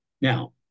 Now